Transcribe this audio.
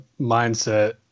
mindset